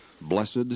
blessed